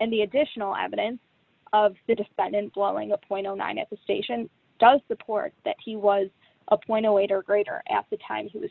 and the additional evidence of the defendant blowing a point nine at the station does support that he was up when a waiter grader at the time who was